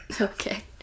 Okay